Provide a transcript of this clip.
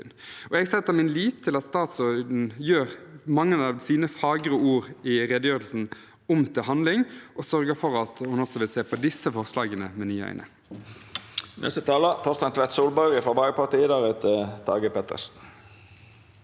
Jeg setter min lit til at statsråden gjør mange av sine fagre ord i redegjørelsen om til handling, og sørger for at hun også vil se på disse forslagene med nye øyne.